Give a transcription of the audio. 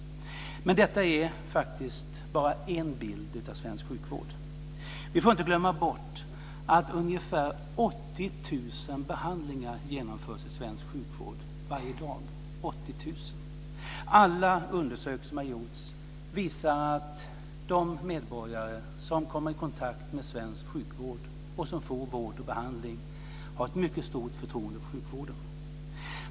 Men detta är faktiskt bara en bild av svensk sjukvård. Vi får inte glömma bort att ungefär 80 000 behandlingar genomförs i svensk sjukvård varje dag - 80 000. Alla undersökningar som har gjorts visar att de medborgare som kommer i kontakt med svensk sjukvård och som får vård och behandling har ett mycket stort förtroende för sjukvården.